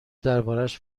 دربارش